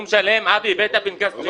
אבי, הבאת פנקס צ'קים?